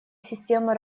системы